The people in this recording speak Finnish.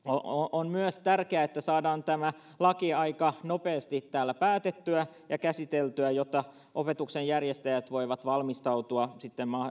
on myös tärkeää että saadaan tämä laki aika nopeasti täällä päätettyä ja käsiteltyä jotta opetuksen järjestäjät voivat valmistautua